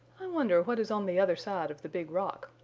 i wonder what is on the other side of the big rock,